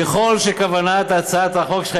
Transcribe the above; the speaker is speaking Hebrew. ככל שכוונת הצעת החוק שלך,